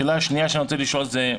השאלה השנייה שאני רוצה לשאול היא,